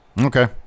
Okay